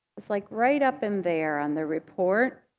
it's like right up in there on the report.